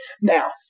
Now